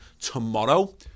tomorrow